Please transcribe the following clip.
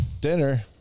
dinner